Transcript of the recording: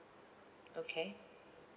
okay